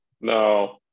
No